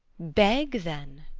beg then.